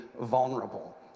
vulnerable